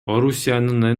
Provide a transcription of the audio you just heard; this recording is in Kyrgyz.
орусиянын